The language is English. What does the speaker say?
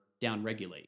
downregulate